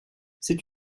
c’est